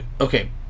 okay